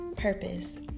Purpose